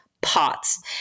pots